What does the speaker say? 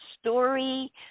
story